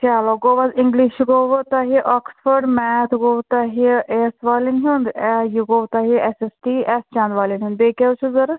چلو گوٚو وۄنۍ اِنگلِش گوٚو وۄنۍ تۄہہِ آکٕسفٲرڈ میتھ گوٚو توہہِ ایس والیٚن ہُنٛد اےٚ یہِ گوٚو تۄہہِ S S T S Chand والیٚن ہُنٛد بیٚیہِ کیٛاہ حظ چھُو ضروٗرت